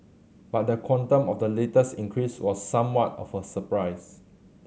but the quantum of the latest increase was somewhat of a surprise